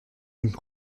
une